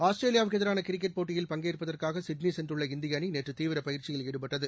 ஆஸ்திரேலியாவிற்குஎதிரானகிரிக்கெட் போட்டியில் பங்கேற்பதற்காகசிட்னிசென்றுள்ள இந்தியஅணி நேற்றுதீவிரபயிற்சியில் ஈடுபட்டது